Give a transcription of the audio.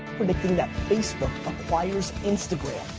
facebook acquires instagram.